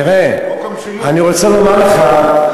תראה, אני רוצה לומר לך: